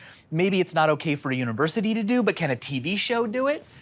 maybe it's not okay for the university to do, but can a tv show do it?